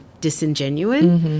disingenuous